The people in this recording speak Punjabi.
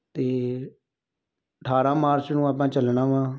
ਅਤੇ ਅਠਾਰ੍ਹਾਂ ਮਾਰਚ ਨੂੰ ਆਪਾਂ ਚੱਲਣਾ ਵਾ